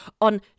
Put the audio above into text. on